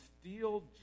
steal